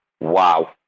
wow